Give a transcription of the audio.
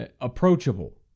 approachable